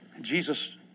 Jesus